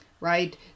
right